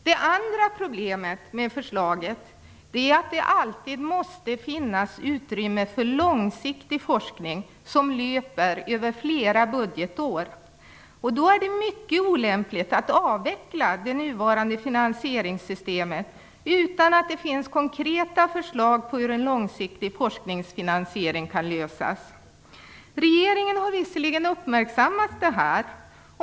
Det andra problemet med förslaget är att det alltid måste finnas utrymme för långsiktig forskning som löper över flera budgetår. Då är det mycket olämpligt att avveckla det nuvarande finansieringssystemet, utan att det finns konkreta förslag på hur en långsiktig forskningsfinansiering kan lösas. Regeringen har uppmärksammat det här.